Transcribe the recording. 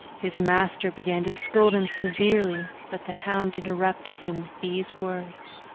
his master began to scold him severely, but the hound interrupted him with these words